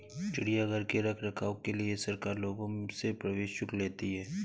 चिड़ियाघर के रख रखाव के लिए सरकार लोगों से प्रवेश शुल्क लेती है